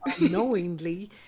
knowingly